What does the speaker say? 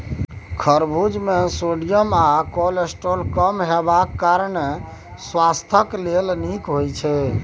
खरबुज मे सोडियम आ कोलेस्ट्रॉल कम हेबाक कारणेँ सुआस्थ लेल नीक होइ छै